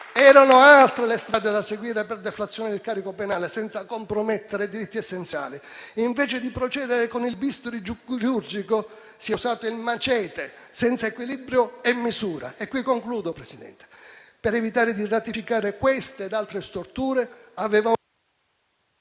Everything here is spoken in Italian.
Erano altre le strade da seguire per deflazionare il carico penale senza compromettere diritti essenziali. Invece di procedere con il bisturi chirurgico, si è usato il machete, senza equilibrio e misura. In conclusione, Presidente, per evitare di ratificare queste ed altre storture, avevamo